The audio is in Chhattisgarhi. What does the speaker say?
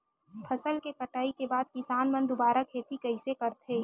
फसल के कटाई के बाद किसान मन दुबारा खेती कइसे करथे?